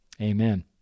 Amen